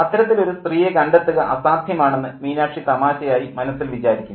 അത്തരത്തിൽ ഒരു സ്ത്രീയെ കണ്ടെത്തുക അസാധ്യമാണെന്ന് മീനാക്ഷി തമാശയായി മനസ്സിൽ വിചാരിക്കുന്നു